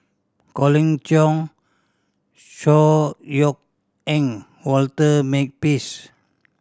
Colin Cheong Chor Yeok Eng Walter Makepeace